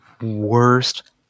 worst